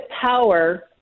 power